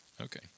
Okay